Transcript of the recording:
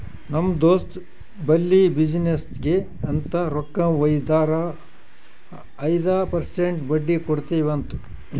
ನಮ್ ದೋಸ್ತ್ ಬಲ್ಲಿ ಬಿಸಿನ್ನೆಸ್ಗ ಅಂತ್ ರೊಕ್ಕಾ ವೈದಾರ ಐಯ್ದ ಪರ್ಸೆಂಟ್ ಬಡ್ಡಿ ಕೊಡ್ತಿವಿ ಅಂತ್